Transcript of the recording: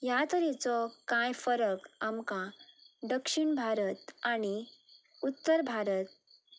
ह्या तरेचो कांय फरक आमकां दक्षिण भारत आनी उत्तर भारत